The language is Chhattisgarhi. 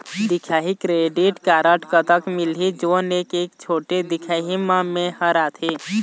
दिखाही क्रेडिट कारड कतक मिलही जोन एक छोटे दिखाही म मैं हर आथे?